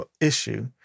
issue